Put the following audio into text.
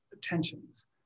tensions